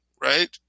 right